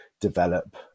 develop